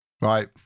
Right